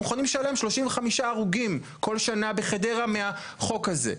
מוכנים לשלם 35 הרוגים כל שנה בחדרה מהחוק הזה?